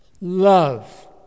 Love